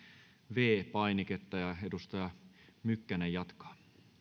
viides painiketta edustaja mykkänen jatkaa